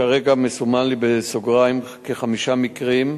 כרגע מסומנים לי בסוגריים כחמישה מקרים,